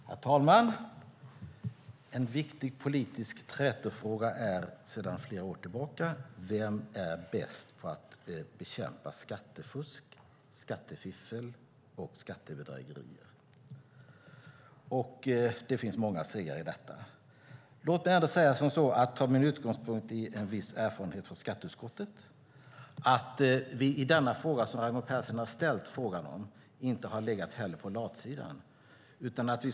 Herr talman! En viktig politisk trätofråga sedan flera år tillbaka är: Vem är bäst på att bekämpa skattefusk, skattefiffel och skattebedrägerier? Det finns många segrare i detta. Jag ska ta min utgångspunkt i en viss erfarenhet från skatteutskottet. Vi i utskottet har i denna fråga inte legat på latsidan.